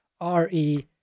R-E